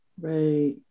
right